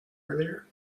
earlier